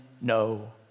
no